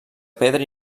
pedra